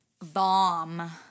bomb